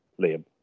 Liam